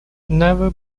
never